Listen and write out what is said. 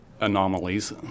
anomalies